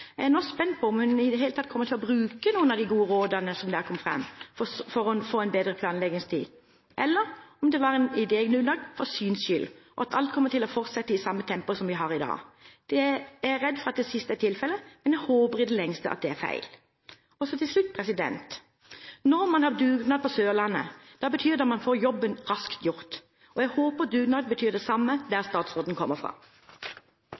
Jeg er nå spent på om hun i det hele tatt kommer til å bruke noen av de gode rådene som der kom fram, for å få en bedre planleggingstid, eller om det var en idédugnad for syns skyld, og at alt kommer til å fortsette i samme tempo som i dag. Jeg er redd for at det siste er tilfellet, men jeg håper i det lengste at det er feil. Til slutt: Når man har dugnad på Sørlandet, betyr det at man får jobben raskt gjort. Jeg håper dugnad betyr det samme der statsråden kommer fra.